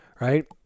Right